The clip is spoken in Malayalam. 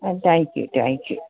oh thank you thank you